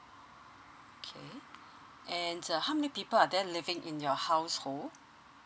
okay and how many people are there living in your household